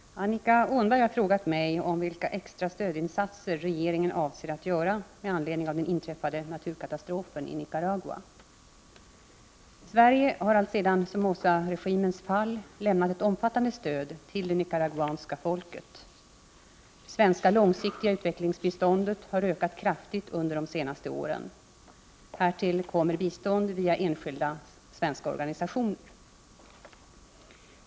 Herr talman! Annika Åhnberg har frågat mig om vilka extra stödinsatser regeringen avser att göra med anledning av den inträffade naturkatastrofen i Nicaragua. Sverige har alltsedan Somozaregimens fall lämnat ett omfattande stöd till det nicaraguanska folket. Det svenska långsiktiga utvecklingsbiståndet har ökat kraftigt under de senaste åren. Härtill kommer bistånd via enskilda svenska organisationer.